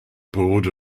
board